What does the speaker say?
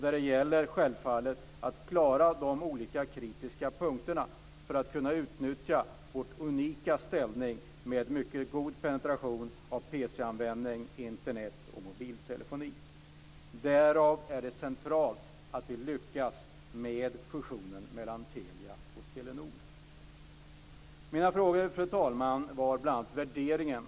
Det gäller självfallet att klara de olika kritiska punkterna för att vi ska kunna utnyttja vår unika ställning med mycket god penetration av PC-användning, Internet och mobiltelefoni. Därav är det centralt att vi lyckas med fusionen mellan Telia och Telenord. Mina frågor, fru talman, gällde bl.a. värderingen.